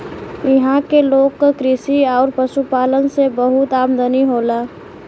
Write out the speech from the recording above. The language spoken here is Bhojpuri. इहां के लोग क कृषि आउर पशुपालन से बहुत आमदनी होला